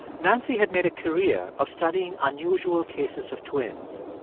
nancy had made a career of studying unusual cases of twins,